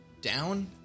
down